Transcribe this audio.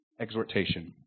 exhortation